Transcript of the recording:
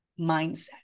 mindset